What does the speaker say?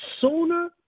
sooner